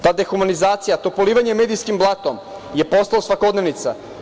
Ta dehumanizacija, to polivanje medijskim blatom je postala svakodnevnica.